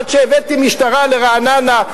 עד שהבאתי משטרה לרעננה,